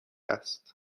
است